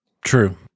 true